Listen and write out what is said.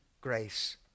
grace